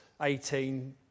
18